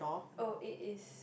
oh it is